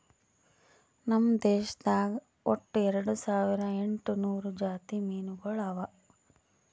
ನಮ್ ದೇಶದಾಗ್ ಒಟ್ಟ ಎರಡು ಸಾವಿರ ಎಂಟು ನೂರು ಜಾತಿ ಮೀನುಗೊಳ್ ಅವಾ